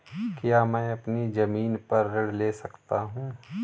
क्या मैं अपनी ज़मीन पर ऋण ले सकता हूँ?